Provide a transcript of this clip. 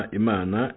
imana